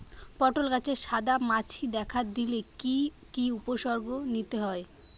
পটল গাছে সাদা মাছি দেখা দিলে কি কি উপসর্গ নিতে হয়?